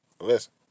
listen